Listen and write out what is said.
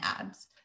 ads